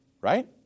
Right